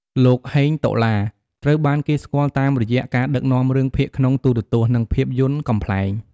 លោក ហេង តុលា ត្រូវបានគេស្គាល់តាមរយៈការដឹកនាំរឿងភាគក្នុងទូរទស្សន៍ និងភាពយន្តកំប្លែង។